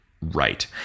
right